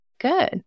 Good